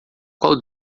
qual